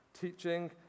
teaching